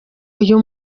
uyu